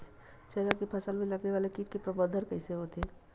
चना के फसल में लगने वाला कीट के प्रबंधन कइसे होथे?